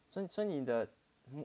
所以你的